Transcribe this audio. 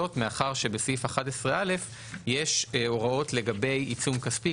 זאת מאחר שבסעיף 11א יש הוראות לגבי עיצום כספי.